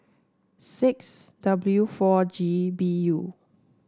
six W four G B U